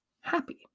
happy